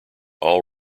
all